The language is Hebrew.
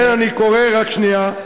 רק שנייה.